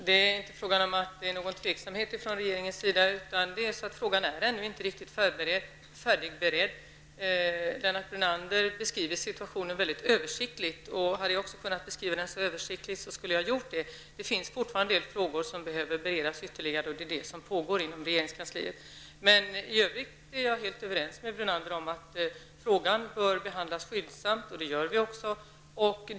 Herr talman! Det är inte fråga om tveksamhet från regeringens sida. Frågan är ännu inte riktigt färdigberedd. Lennart Brunander beskriver situationen översiktligt. Hade jag också kunnat beskriva den så översiktligt skulle jag ha gjort det. Det finns fortfarande en del frågor som behöver beredas ytterligare, och det arbetet pågår inom regeringskansliet. I övrigt är jag helt överens med Brunander om att frågan bör behandlas skyndsamt. Så förfar vi också.